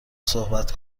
صحبت